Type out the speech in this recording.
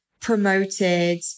promoted